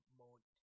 mode